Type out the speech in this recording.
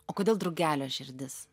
o kodėl drugelio širdis